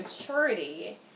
maturity